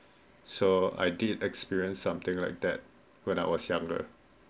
so I did experience something like that when I was younger